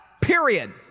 period